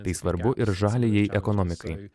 tai svarbu ir žaliajai ekonomikai